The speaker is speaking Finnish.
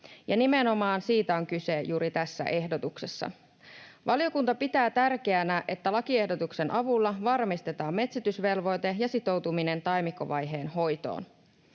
nimenomaan siitä on kyse juuri tässä ehdotuksessa. Valiokunta pitää tärkeänä, että lakiehdotuksen avulla varmistetaan metsitysvelvoite ja sitoutuminen taimikkovaiheen hoitoon.